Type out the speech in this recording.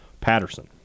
Patterson